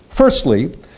Firstly